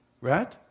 Right